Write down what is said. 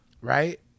right